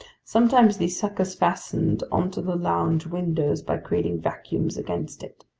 sometimes these suckers fastened onto the lounge window by creating vacuums against it.